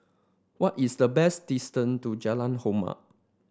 what is the best distance to Jalan Hormat